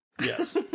Yes